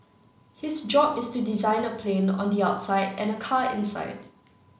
his job is to design a plane on the outside and a car inside